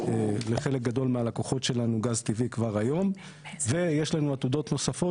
לחלק גדול מהלקוחות שלנו גז טבעי כבר היום ויש לנו עתודות נוספות